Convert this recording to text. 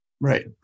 right